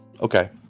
Okay